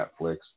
Netflix